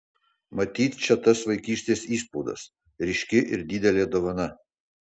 matyt čia tas vaikystės įspaudas ryški ir didelė dovana